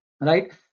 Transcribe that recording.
right